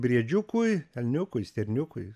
briedžiukui elniukui stirniukui